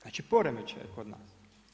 Znači poremećaj je kod nas.